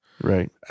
right